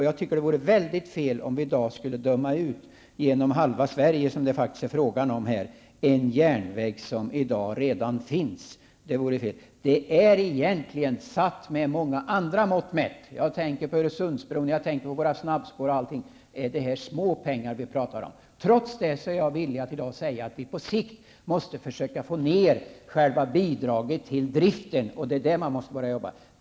Jag tycker att det skulle vara helt felaktigt att i dag döma ut en järnväg som redan finns och som sträcker sig genom halva Sverige. Med andra mått mätt, jämfört med kostnaderna för Öresundsbron, våra snabbspår osv., är det småpengar vi talar om. Trots det är jag villig att i dag säga att vi på sikt måste försöka få ned bidraget till driften. Vi måste börja arbeta med det.